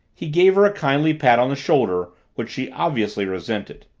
he gave her a kindly pat on the shoulder, which she obviously resented.